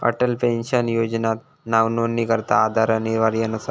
Atal pension योजनात नावनोंदणीकरता आधार अनिवार्य नसा